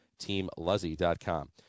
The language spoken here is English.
teamluzzy.com